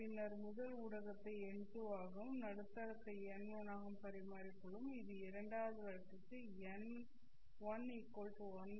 பின்னர் முதல் ஊடகத்தை n2 ஆகவும் நடுத்தரத்தை n1 ஆகவும் பரிமாறிக்கொள்வோம் சரி இது இரண்டாவது வழக்குக்கு n1 1